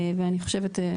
ואני חושבת,